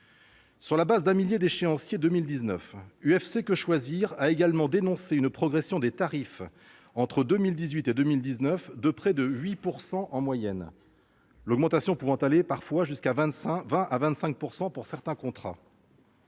Sur la base d'un millier d'échéanciers pour 2019, l'UFC-Que Choisir a également dénoncé une progression des tarifs entre 2018 et 2019 de près de 8 % en moyenne, l'augmentation pouvant aller jusqu'à 25 % pour certains contrats.